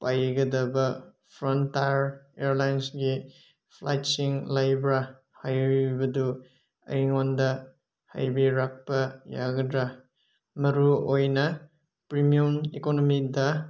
ꯄꯥꯏꯒꯗꯕ ꯐ꯭ꯔꯟꯇꯥꯔ ꯏꯌꯥꯔꯂꯥꯏꯟꯁꯀꯤ ꯐ꯭ꯂꯥꯏꯠꯁꯤꯡ ꯂꯩꯕ꯭ꯔ ꯍꯥꯏꯕꯗꯨ ꯑꯩꯉꯣꯟꯗ ꯍꯥꯏꯕꯤꯔꯛꯄ ꯌꯥꯒꯗ꯭ꯔ ꯃꯔꯨ ꯑꯣꯏꯅ ꯄ꯭ꯔꯤꯃꯤꯌꯝ ꯏꯀꯣꯅꯣꯃꯤꯗ